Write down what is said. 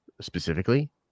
specifically